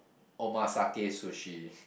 omakase sushi